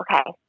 Okay